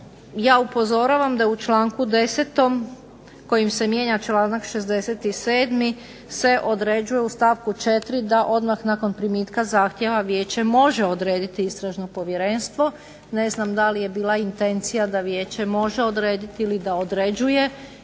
Ja upozoravam da u članku 10. kojim se mijenja članak 67. se određuje u stavku 4. da odmah nakon primitka zahtjeva Vijeće može odrediti Istražno povjerenstvo. Ne znam da li je bila intencija da Vijeće može odrediti ili da određuje